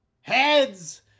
Heads